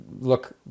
look